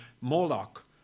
Moloch